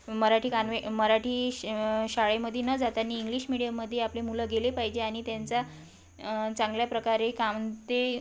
मराठी का नव्हे मराठी श शाळेमध्ये न जाताना इंग्लिश मिडीयममध्ये आपले मुलं गेले पाहिजे आणि त्यांचा चांगल्या प्रकारे कारण ते